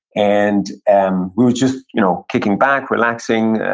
and and we were just you know kicking back, relaxing,